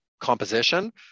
composition